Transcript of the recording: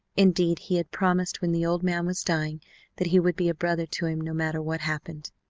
indeed, he had promised when the old man was dying that he would be a brother to him no matter what happened.